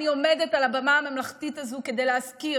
אני עומדת על הבמה הממלכתית הזו כדי להזכיר